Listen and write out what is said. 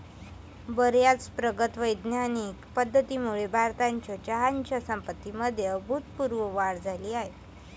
बर्याच प्रगत वैज्ञानिक पद्धतींमुळे भारताच्या चहाच्या संपत्तीमध्ये अभूतपूर्व वाढ झाली आहे